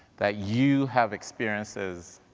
that you have experiences,